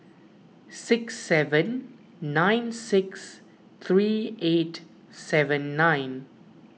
six seven nine six three eight seven nine